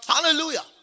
Hallelujah